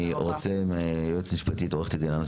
אני רוצה מהיועצת המשפטית עו"ד ענת